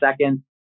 second